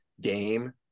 game